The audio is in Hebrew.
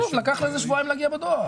או לקח לזה שבועיים להגיע בדואר.